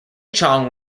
chong